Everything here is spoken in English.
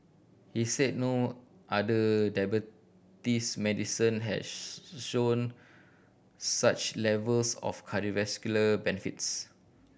he said no other diabetes medicine has shown such levels of cardiovascular benefits